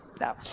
no